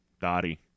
Dottie